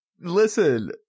Listen